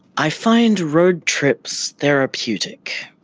i find road trips therapeutic.